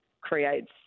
creates